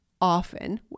often